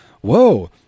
whoa